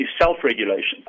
self-regulation